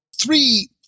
three